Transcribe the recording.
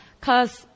cause